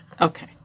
Okay